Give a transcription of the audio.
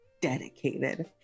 dedicated